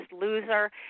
Loser